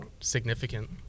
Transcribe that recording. significant